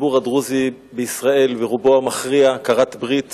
הציבור הדרוזי בישראל, ברובו המכריע, כרת ברית